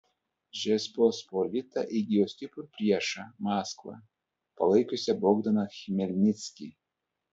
žečpospolita įgijo stiprų priešą maskvą palaikiusią bogdaną chmelnickį